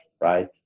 right